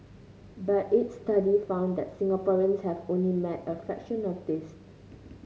but its study found that Singaporeans have only met a fraction of this